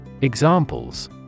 Examples